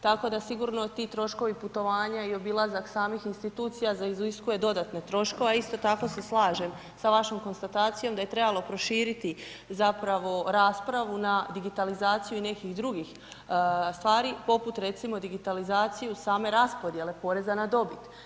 Tako da sigurno ti troškovi putovanja i obilazak samih institucija, iziskuje dodatne troškove, a isto tako se slažem, sa vašom konstatacijom, da je trebalo proširiti zapravo raspravu na digitalizaciju i nekih drugih stvari, poput recimo, digitalizacije i same raspodijele poreza na dobit.